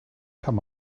kann